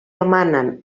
demanen